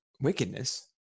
wickedness